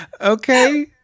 Okay